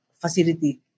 facility